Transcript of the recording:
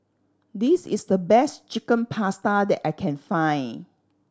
this is the best Chicken Pasta that I can find